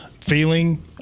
feeling